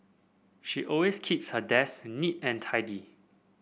she always keeps her desk neat and tidy